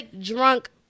drunk